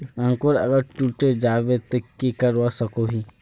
अंकूर अगर टूटे जाबे ते की करवा सकोहो ही?